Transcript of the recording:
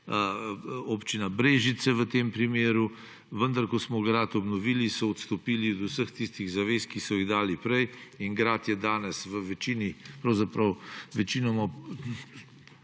Občina Brežice v tem primeru, vendar ko smo grad obnovili, so odstopili od vseh tistih zavez, ki so jih dali prej. Grad je danes v večini, pravzaprav večinoma,